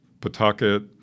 Pawtucket